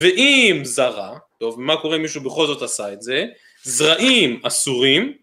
ואם זרע, טוב מה קורה אם מישהו בכל זאת עשה את זה, זרעים אסורים